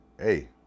hey